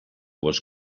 was